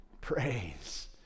praise